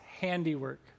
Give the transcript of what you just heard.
handiwork